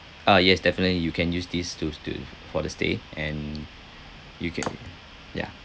uh yes definitely you can use this to s~ to for the stay and you can yeah